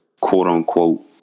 quote-unquote